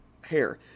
hair